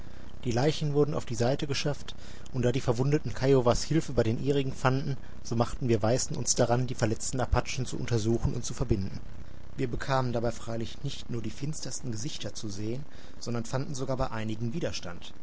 die leichen wurden auf die seite geschafft und da die verwundeten kiowas hilfe bei den ihrigen fanden so machten wir weißen uns daran die verletzten apachen zu untersuchen und zu verbinden wir bekamen dabei freilich nicht nur die finstersten gesichter zu sehen sondern fanden sogar bei einigen widerstand